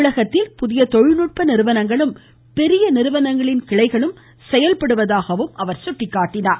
தமிழத்தில் புதிய தொழில்நுட்ப நிறுவனங்களும் பெரிய நிறுவனங்களின் கிளைகளும் செயல்படுவதாக அவர் சுட்டிக்காட்டினார்